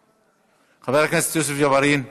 איננו.